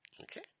Okay